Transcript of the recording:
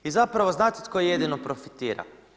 I zapravo znate tko jedino profitira?